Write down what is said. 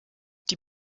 die